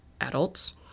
adults